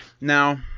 Now